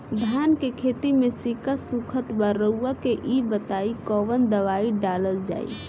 धान के खेती में सिक्का सुखत बा रउआ के ई बताईं कवन दवाइ डालल जाई?